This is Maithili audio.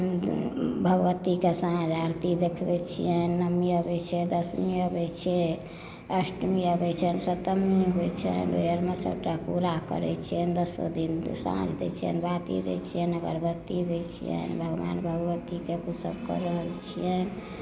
भगवतीक साञ्झ आरती देखबै छियनि नवमी अबै छै दसमी अबै छै अष्टमी अबै छै सप्तमी अबै छै ओहि आरमे सभटा पूरा करै छियनि दसो दिन सांझ दै छियनि बाती दै छियनि अगरबत्ती दै छियनि भगवान भगवतीक ओसभ कऽ रहल छियनि